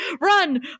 run